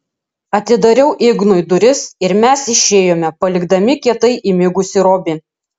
atidariau ignui duris ir mes išėjome palikdami kietai įmigusį robį